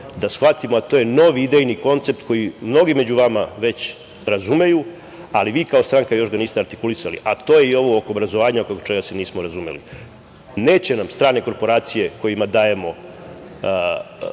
da shvatimo, a to je novi idejni koncept koji mnogi među vama već razumeju, ali vi kao stranka još ga niste artikulisali, a to je i ovo oko obrazovanja, oko čega se nismo razumeli. Neće nam strane korporacije kojima dajemo